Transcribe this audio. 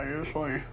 usually